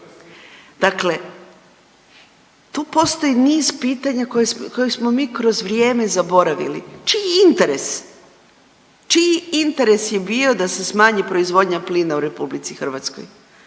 Dakle, tu postoji niz pitanja koje smo mi kroz vrijeme zaboravili. Čiji interes, čiji interes je bio da se smanji proizvodnja plina u RH? Dakle,